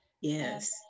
yes